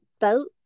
boat